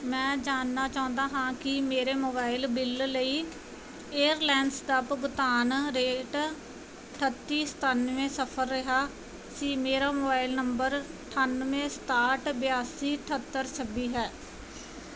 ਮੈਂ ਜਾਣਨਾ ਚਾਹੁੰਦਾ ਹਾਂ ਕੀ ਮੇਰੇ ਮੋਬਾਈਲ ਬਿੱਲ ਲਈ ਏਅਰਸੈਲ ਦਾ ਭੁਗਤਾਨ ਰੇਟ ਅਠੱਤੀ ਸਤਾਨਵੇਂ ਸਫਲ ਰਿਹਾ ਸੀ ਮੇਰਾ ਮੋਬਾਈਲ ਨੰਬਰ ਅਠਾਨਵੇਂ ਸਤਾਹਠ ਬਿਆਸੀ ਅਠਹੱਤਰ ਛੱਬੀ ਹੈ